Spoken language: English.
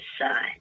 side